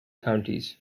counties